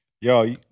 yo